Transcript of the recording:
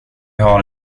har